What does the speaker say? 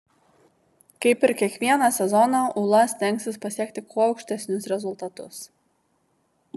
kaip ir kiekvieną sezoną ūla stengsis pasiekti kuo aukštesnius rezultatus